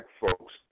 folks